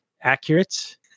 accurate